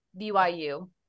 BYU